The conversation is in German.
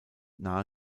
nahe